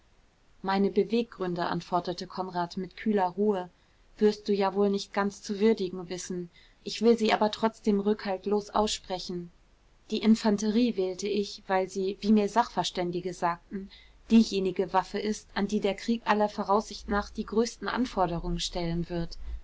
meine beweggründe antwortete konrad mit kühler ruhe wirst du ja wohl nicht ganz zu würdigen wissen ich will sie aber trotzdem rückhaltlos aussprechen die infanterie wählte ich weil sie wie mir sachverständige sagten diejenige waffe ist an die der krieg aller voraussicht nach die größten anforderungen stellen wird